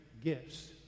gifts